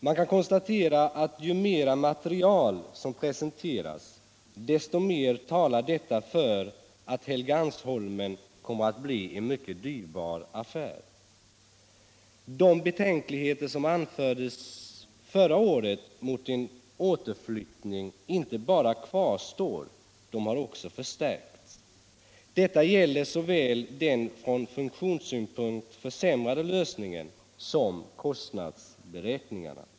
Man kan konstatera att ju mera material som presenteras, desto mer talar deta för att Helgeandsholmen kommer utt bli en mycket dyrbar affär. De betänkligheter som förra året anfördes mot en återflyttning inte bara kvarstår, utan de har också förstärkts. Detta gäller såväl den från funktionssynpunkt försämrade lösningen som kostnadsberäkningarna.